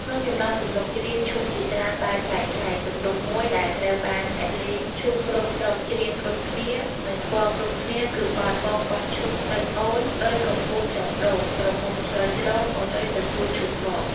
ក្នុងចំណោមទំនុកច្រៀងឈូងជាច្រើនបែបប្លែកៗ ទំនុកមួយដែលត្រូវបានអ្នកលេងឈូងគ្រប់ស្រុកច្រៀងគ្រប់គ្នា និងស្គាល់គ្រប់គ្នា គឺបទ៖ «បងបោះឈូងទៅ អូន អើយ កំពស់ចុងដូង ក្រមុំឈរច្រូង អូនអើយទទួលឈូងបង»។